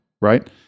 right